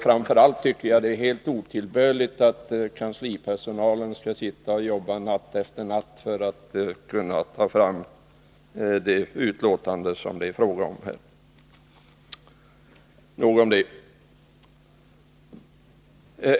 Framför allt tycker jag att det är helt otillbörligt att kanslipersonalen skall arbeta natt efter natt för att få fram det betänkande som det här är fråga om. Nog om det.